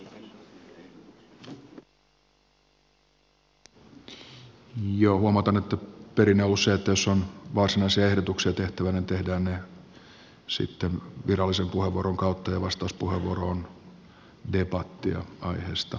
huomautan että perinne on ollut se että jos on varsinaisia ehdotuksia tehtävänä tehdään ne sitten virallisen puheenvuoron kautta ja vastauspuheenvuoro on debattia aiheesta